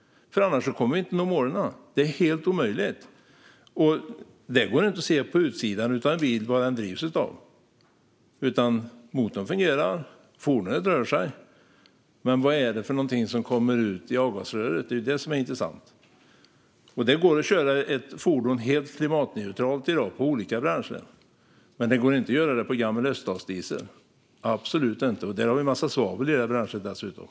Annars kommer vi inte att nå målen - det är helt omöjligt. Det går inte att se utanpå en bil vad den drivs med. Motorn fungerar och fordonet rör sig, men vad är det som kommer ut ur avgasröret? Det är ju det som är intressant. Det går i dag att köra ett fordon helt klimatneutralt, på olika bränslen. Men det går absolut inte att göra det på gammal öststatsdiesel. Det bränslet innehåller dessutom en massa svavel.